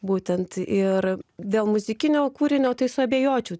būtent ir dėl muzikinio kūrinio tai suabejočiau